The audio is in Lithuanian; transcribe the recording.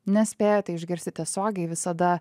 nespėjote išgirsti tiesiogiai visada